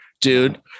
dude